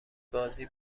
بازی